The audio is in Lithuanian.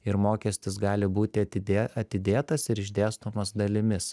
ir mokestis gali būti atidė atidėtas ir išdėstomas dalimis